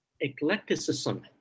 eclecticism